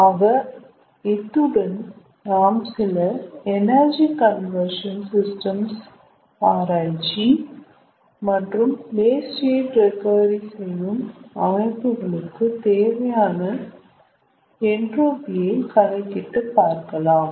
ஆக இத்துடன் நாம் சில எனர்ஜி கன்வர்ஷன் சிஸ்டம்ஸ் ஆராய்ச்சி மற்றும் வேஸ்ட் ஹீட் ரெகவரி செய்யும் அமைப்புகளுக்கு தேவையான என்ட்ரோபி ஐ கணக்கிட்டு பார்க்கலாம்